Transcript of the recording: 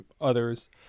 others